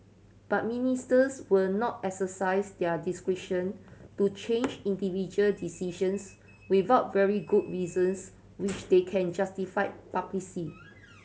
but Ministers will not exercise their discretion to change individual decisions without very good reasons which they can justify